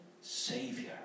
savior